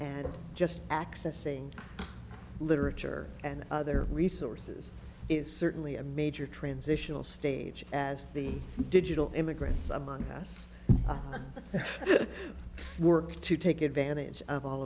and just accessing literature and other resources is certainly a major transitional stage as the digital immigrants among us work to take advantage of all